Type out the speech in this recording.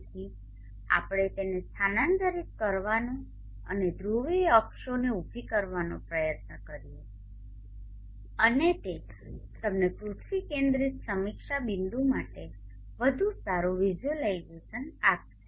તેથી ચાલો આપણે તેને સ્થાનાંતરિત કરવાનો અને ધ્રુવીય અક્ષોને ઉભી બનાવવાનો પ્રયત્ન કરીએ અને તે તમને પૃથ્વી કેન્દ્રિત સમીક્ષા બિંદુ માટે વધુ સારું વિઝ્યુલાઇઝેશન આપશે